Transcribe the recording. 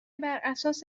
براساس